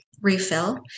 refill